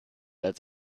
als